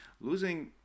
losing